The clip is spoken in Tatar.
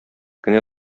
кенә